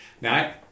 Now